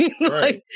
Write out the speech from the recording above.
Right